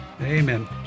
Amen